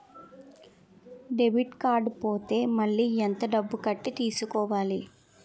Debit card పోతే మళ్ళీ ఎంత డబ్బు కట్టి తీసుకోవాలి?